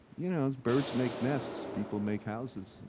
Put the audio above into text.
you know, as birds make nests, people make houses,